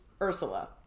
Ursula